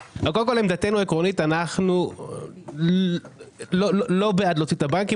עמדתנו העקרונית היא לא בעד להוציא את הבנקים.